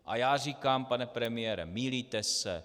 A já říkám: Pane premiére, mýlíte se.